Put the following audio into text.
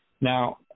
Now